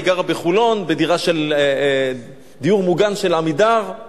היא גרה בחולון בדירה של דיור מוגן של "עמידר";